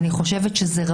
לדעתי,